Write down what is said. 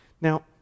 Now